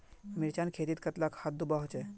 मिर्चान खेतीत कतला खाद दूबा होचे?